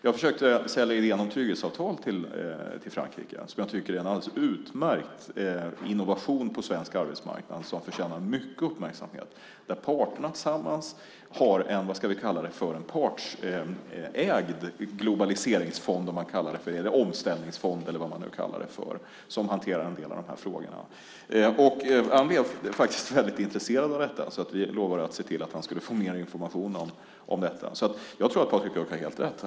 Jag försökte sälja idén om trygghetsavtal till Frankrike, som jag tycker är en alldeles utmärkt innovation på svensk arbetsmarknad som förtjänar mycket uppmärksamhet, där parterna tillsammans har en partsägd globaliseringsfond eller omställningsfond eller vad man nu kallar det för som hanterar en del av de här frågorna. Han blev faktiskt väldigt intresserad av detta, så vi lovade att se till att han skulle få mer information om detta. Jag tror att Patrik Björck har helt rätt.